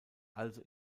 also